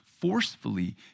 forcefully